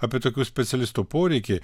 apie tokių specialistų poreikį